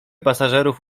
pasażerów